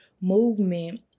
movement